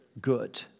good